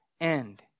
end